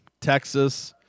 Texas